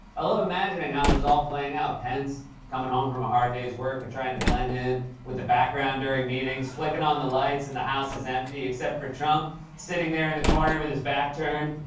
i love imagining how this is all playing out. pence coming home from a hard day's work of trying to blend in with the background during meetings, flicking on the lights, and the house is empty except for trump sitting there in the corner with his back turned.